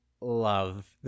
love